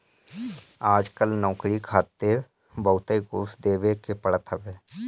आजकल नोकरी खातिर बहुते घूस देवे के पड़त हवे